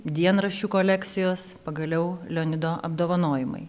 dienraščių kolekcijos pagaliau leonido apdovanojimai